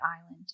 island